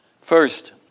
First